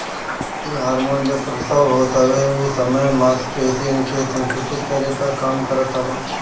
इ हार्मोन जब प्रसव होत हवे ओ समय मांसपेशियन के संकुचित करे के काम करत हवे